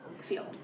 field